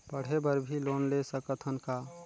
पढ़े बर भी लोन ले सकत हन का?